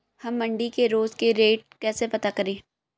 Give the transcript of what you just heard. हम मंडी के रोज के रेट कैसे पता करें?